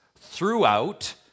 throughout